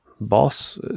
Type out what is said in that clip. boss